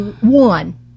one